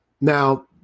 now